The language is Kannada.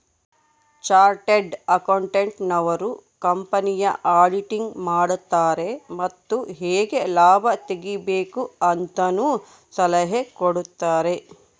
ಚಾರ್ಟೆಡ್ ಅಕೌಂಟೆಂಟ್ ನವರು ಕಂಪನಿಯ ಆಡಿಟಿಂಗ್ ಮಾಡುತಾರೆ ಮತ್ತು ಹೇಗೆ ಲಾಭ ತೆಗಿಬೇಕು ಅಂತನು ಸಲಹೆ ಕೊಡುತಾರೆ